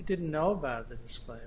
didn't know about this but